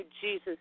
Jesus